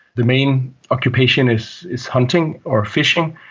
the main occupation is is hunting or fishing,